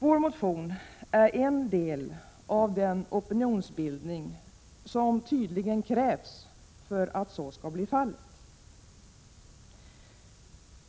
Vår motion är en del av den opinionsbildning som tydligen krävs för att så skall bli fallet.